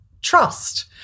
Trust